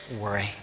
worry